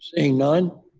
seeing none.